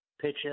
picture